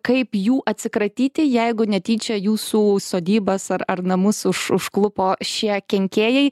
kaip jų atsikratyti jeigu netyčia jūsų sodybas ar ar namus už užklupo šie kenkėjai